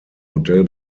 modell